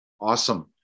Awesome